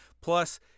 Plus